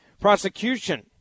prosecution